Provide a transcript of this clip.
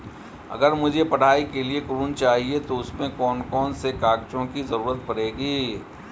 अगर मुझे पढ़ाई के लिए ऋण चाहिए तो उसमें कौन कौन से कागजों की जरूरत पड़ेगी?